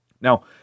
Now